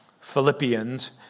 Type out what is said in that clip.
Philippians